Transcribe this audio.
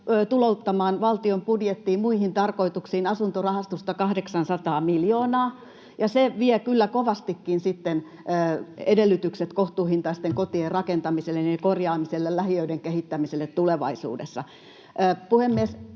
tulouttamaan valtion budjettiin muihin tarkoituksiin asuntorahastosta 800 miljoonaa, ja se vie kyllä kovastikin sitten edellytykset tulevaisuudessa kohtuuhintaisten kotien rakentamiselle, korjaamiselle, lähiöiden kehittämiselle. Puhemies!